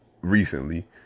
recently